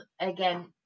again